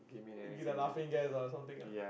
give you the laughing gas ah something ah